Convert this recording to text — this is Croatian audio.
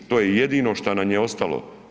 To je jedino što nam je ostalo.